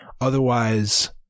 Otherwise